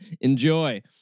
enjoy